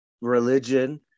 religion